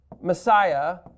Messiah